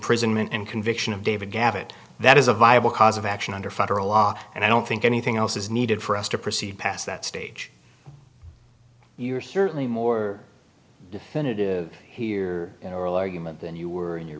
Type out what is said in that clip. imprisonment and conviction of david gavitt that is a viable cause of action under federal law and i don't think anything else is needed for us to proceed past that stage your certainly more definitive here in oral argument than you were in your